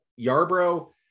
Yarbrough